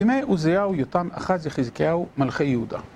בימי עוזיהו, יותם, אחז וחזקיהו מלכי יהודה